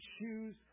choose